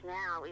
now